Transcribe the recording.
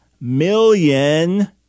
million